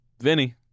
Vinny